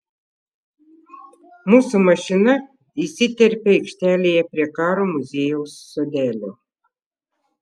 mūsų mašina įsiterpia aikštelėje prie karo muziejaus sodelio